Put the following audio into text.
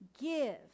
give